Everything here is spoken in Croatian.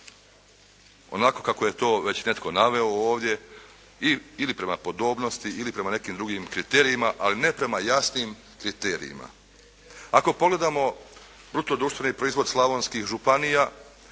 onako kako je to već netko naveo ovdje ili prema podobnosti ili prema nekim drugim kriterijima, ali ne prema jasnim kriterijima. Ako pogledamo bruto društveni proizvod slavonskih županija,